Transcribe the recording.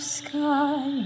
sky